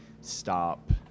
stop